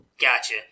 Gotcha